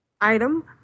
item